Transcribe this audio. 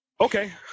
Okay